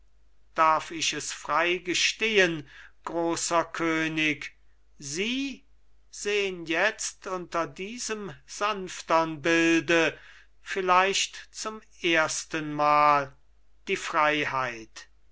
darf ich es frei gestehen großer könig sie sehn jetzt unter diesem sanftern bilde vielleicht zum erstenmal die freiheit